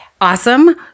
awesome